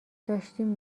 داشتیم